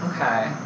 okay